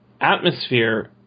atmosphere